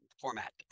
format